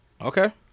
Okay